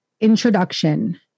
Introduction